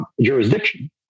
jurisdiction